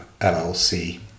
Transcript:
LLC